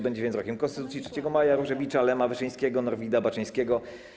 Będzie więc rokiem Konstytucji 3 maja, Różewicza, Lema, Wyszyńskiego, Norwida, Baczyńskiego.